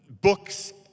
books